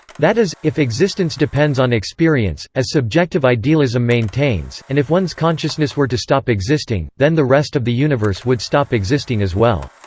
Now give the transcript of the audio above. that is, if existence depends on experience, as subjective idealism maintains, and if one's consciousness were to stop existing, then the rest of the universe would stop existing as well.